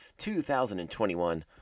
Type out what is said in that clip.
2021